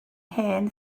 hen